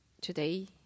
today